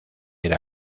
era